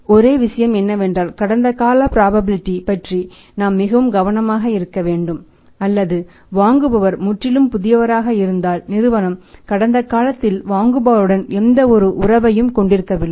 ஒரே விஷயம் என்னவென்றால் கடந்த கால ப்ராபபிலிடீ பற்றி நாம் மிகவும் கவனமாக இருக்க வேண்டும் அல்லது வாங்குபவர் முற்றிலும் புதியவராக இருந்தால் நிறுவனம் கடந்த காலத்தில் வாங்குபவருடன் எந்தவொரு உறவையும் கொண்டிருக்கவில்லை